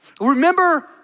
Remember